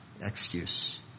excuse